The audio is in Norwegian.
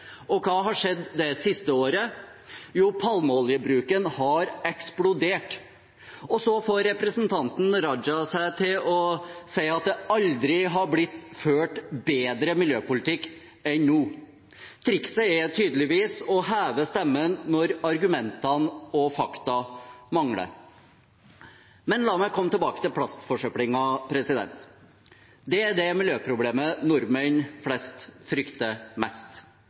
regnskogødeleggelse. Hva har skjedd det siste året? Jo, palmeoljebruken har eksplodert. Og så får representanten Raja seg til å si at det aldri har blitt ført en bedre miljøpolitikk enn nå. Trikset er tydeligvis å heve stemmen når argumentene og fakta mangler. Men la meg komme tilbake til plastforsøplingen. Det er det miljøproblemet nordmenn flest frykter mest.